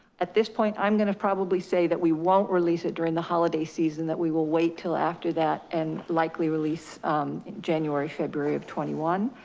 at this point, i'm gonna probably say that we won't release it during the holiday season, that we will wait till after that and likely release january, february of twenty one.